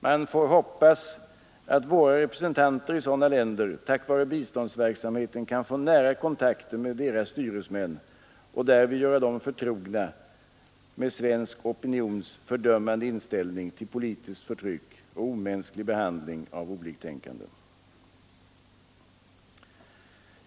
Man får hoppas att våra representanter i sådana länder tack vare biståndsverksamheten kan få nära kontakter med deras styresmän och därvid göra dem förtrogna med svensk opinions fördömande inställning till politiskt förtryck och omänsklig behandling av oliktänkande.